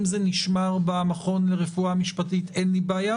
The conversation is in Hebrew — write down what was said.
אם זה נשמר במכון לרפואה משפטית אין לי בעיה,